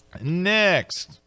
next